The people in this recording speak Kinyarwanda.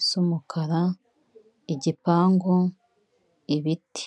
is'umukara, igipangu, ibiti.